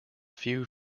few